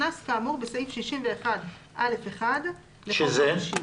סעיף 61(א)(1) לחוק העונשין